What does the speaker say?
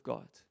God